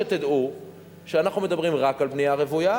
תדעו שאנחנו מדברים רק על בנייה רוויה,